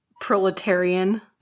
Proletarian